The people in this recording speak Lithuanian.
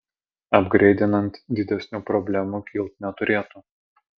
apgreidinant didesnių problemų kilt neturėtų